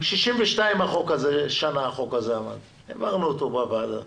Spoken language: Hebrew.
62 שנים החוק היה כזה, העברנו אותו בוועדה,